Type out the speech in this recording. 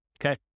Okay